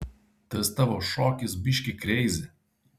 tas tavo šokis biški kreizi